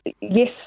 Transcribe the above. yes